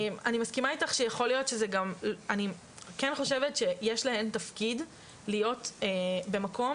אני כן חושבת שיש להם תפקיד להיות במקום